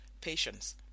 Patience